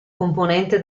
componente